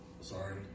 sorry